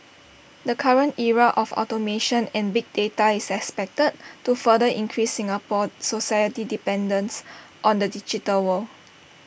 the current era of automation and big data is expected to further increase Singapore society's dependence on the digital world